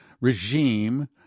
regime